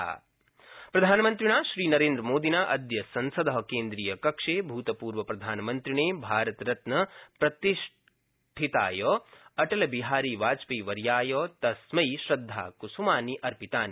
प्रधानमन्त्री अटलश्रद्धाञ्जलि प्रधानमन्त्रिणा श्रीनरेन्द्रमोदिना अद्य संसद केन्द्रीयकक्षे भूतपूर्वप्रधानमन्त्रिणे भारतरत्नप्रतिष्ठिताय अटलबिहारीवाजपेयीपवर्याय तस्मै श्रद्धास्मनानि अर्पितानि